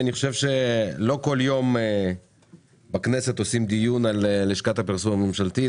אני חושב שלא כל יום בכנסת מקיימים דיון על לשכת הפרסום הממשלתית,